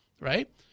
Right